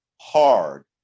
hard